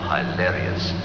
Hilarious